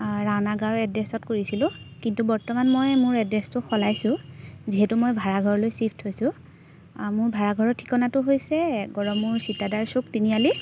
ৰাণাগাঁৱৰ এড্ৰেছত কৰিছিলোঁ কিন্তু বৰ্তমান মই মোৰ এড্ৰেছটো সলাইছোঁ যিহেতু মই ভাড়াঘৰলৈ চিফ্ট হৈছোঁ মোৰ ভাড়াঘৰৰ ঠিকনাটো হৈছে গড়মূৰ চিতাদাৰ চুক তিনিআলি